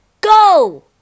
go